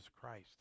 Christ